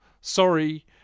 Sorry